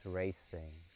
racing